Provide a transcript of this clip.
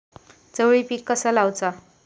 चवळी पीक कसा लावचा?